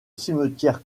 cimetière